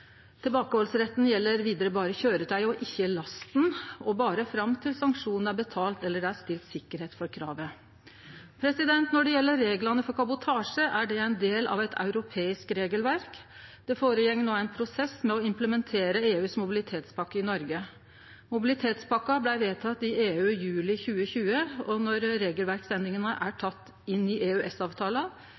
Tilbakehaldsretten gjeld vidare berre køyretøy, og ikkje lasten, og berre fram til sanksjonen er betalt, eller det er stilt sikkerheit for kravet. Når det gjeld reglane for kabotasje, er det ein del av eit europeisk regelverk. Det føregår nå ein prosess med å implementere EUs mobilitetspakke i Noreg. Mobilitetspakka blei vedteken i EU i juli 2020, og når regelverksendringane er tekne inn i